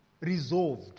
resolved